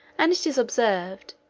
and it is observed,